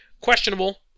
Questionable